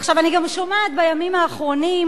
עכשיו אני גם שומעת, בימים האחרונים,